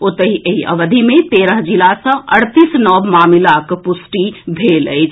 ओतहि एहि अवधि मे तेरह जिला सँ अड़तीस नव मामिलाक पुष्टि भेल अछि